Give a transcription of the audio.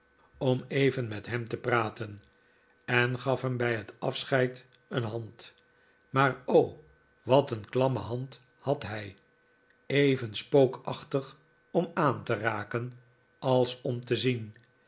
om even met hem te praten en gaf hem bij het afscheid een hand maar o wat een klamme hand had hij even spookachtig om aan te raken als om te zien